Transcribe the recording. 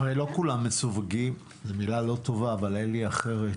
הרי לא כולם מסווגים זאת מילה לא טובה אבל אין לי אחרת